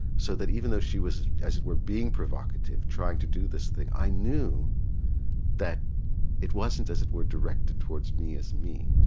so that even though she was as it were being provocative, trying to do this thing, i knew that it wasn't as it were directed towards me as me,